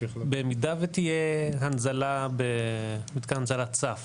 במידה ותהיה הנזלה במתקן הנזלה צף,